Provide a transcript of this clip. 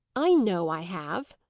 i know i have.